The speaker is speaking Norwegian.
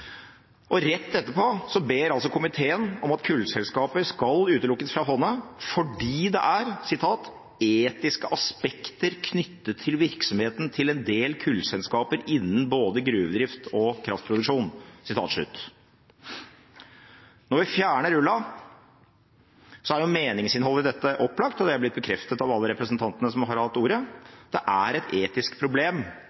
Rett etterpå ber komiteen om at kullselskaper skal utelukkes fra fondet fordi det er «etiske aspekter tilknyttet virksomheten til en del kullselskaper innen både gruvedrift og kraftproduksjon». Når vi fjerner ulla, er meningsinnholdet i dette opplagt, og det er blitt bekreftet av alle representantene som har hatt ordet. Det er et etisk problem